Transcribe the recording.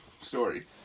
story